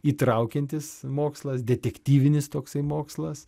įtraukiantis mokslas detektyvinis toksai mokslas